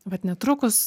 vat netrukus